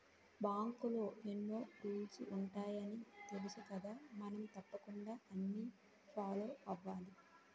బాంకులో ఎన్నో రూల్సు ఉంటాయని తెలుసుకదా మనం తప్పకుండా అన్నీ ఫాలో అవ్వాలి